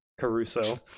Caruso